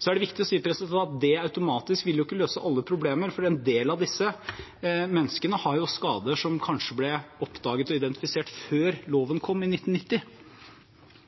Det er da viktig å si at det ikke automatisk vil løse alle problemer, for en del av disse menneskene har skader som kanskje ble oppdaget og identifisert før loven kom, i 1990.